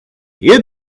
you